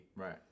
Right